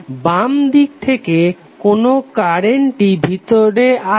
বাম দিক থেকে কোন কারেন্টটি ভিতরে আসছে